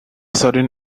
sudden